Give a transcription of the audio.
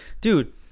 Dude